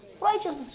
righteousness